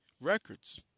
records